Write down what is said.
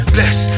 Bless